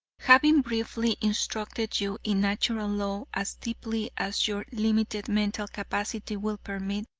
having briefly instructed you in natural law as deeply as your limited mental capacity will permit,